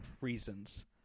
reasons